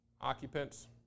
Occupants